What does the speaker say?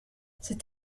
c’est